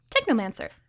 technomancer